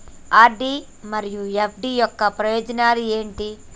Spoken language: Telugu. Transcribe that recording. ఆర్.డి మరియు ఎఫ్.డి యొక్క ప్రయోజనాలు ఏంటి?